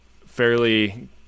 fairly